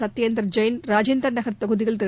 சத்தியேந்தர் ஜெயிள் ராஜீந்தர் நகர் தொகுதியில் திரு